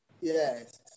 Yes